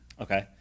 Okay